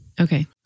okay